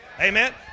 Amen